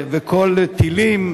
טילים,